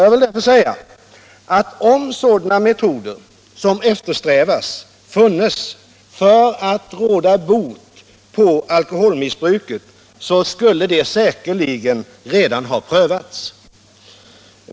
Jag vill därför säga ifrån att om sådana metoder som eftersträvas funnes för att råda bot på alkoholmissbruket, skulle de säkerligen redan ha prövats.